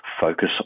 focus